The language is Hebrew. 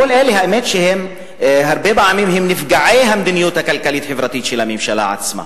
לכל אלה שהרבה פעמים הם נפגעי המדיניות הכלכלית-חברתית של הממשלה עצמה.